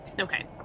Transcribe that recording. okay